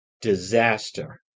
disaster